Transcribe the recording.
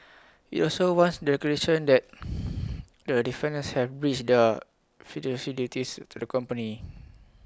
IT also wants declaration that the defendants have breached their fiduciary duties to the company